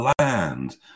land